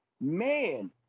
man